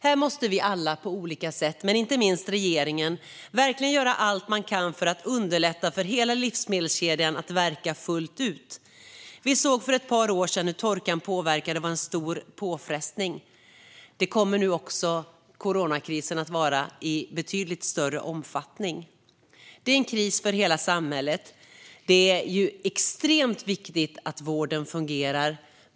Här måste vi alla på olika sätt, men inte minst regeringen, verkligen göra allt vi kan för att underlätta för hela livsmedelskedjan att verka fullt ut. Vi såg för ett par år sedan hur torkan påverkade och var en stor påfrestning. Det kommer nu också coronakrisen att vara i betydligt större omfattning. Det är en kris för hela samhället, och det är extremt viktigt att vården fungerar.